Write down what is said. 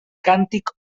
càntic